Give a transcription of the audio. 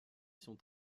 sont